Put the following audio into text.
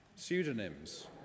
Pseudonyms